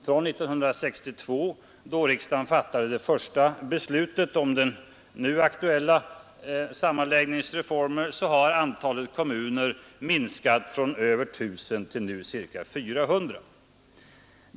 Från 1962, då riksdagen fattade det första beslutet om den nu aktuella sammanläggningsreformen, har antalet kommuner minskat från över 1 000 till cirka 400.